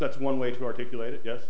that's one way to articulate it yet